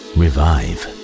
revive